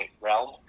realm